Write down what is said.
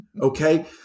Okay